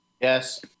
Yes